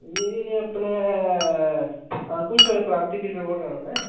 एह् अपने अंकुश होर प्रापर्टी डीलर होर ऐं में